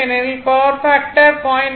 ஏனெனில் power factor 0